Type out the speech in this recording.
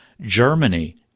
Germany